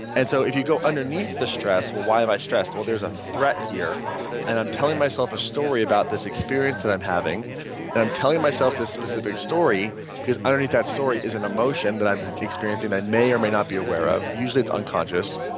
and so if you go underneath the stress, well, why am i stressed? well there's a threat here and i'm telling myself a story about this experience that i'm having and i'm telling myself this specific story because underneath that story is an emotion that i'm experiencing that i may or may not be aware of. usually it's unconscious.